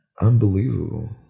unbelievable